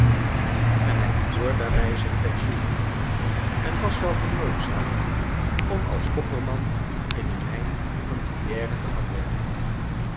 en hij verloor daarbij zijn pensioen en was wel genoodzaakt om als opperman in de mijn van truyère te gaan werken